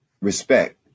Respect